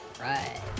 Right